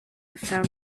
found